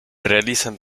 realizan